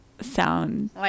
sound